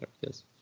yes